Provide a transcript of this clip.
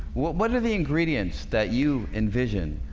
what what are the ingredients that you envision?